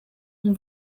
ont